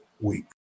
week